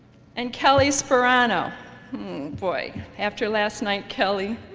and kelly sparano, oh boy after last night kelly